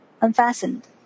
unfastened